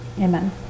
Amen